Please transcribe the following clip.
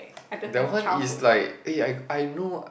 that one is like eh I I know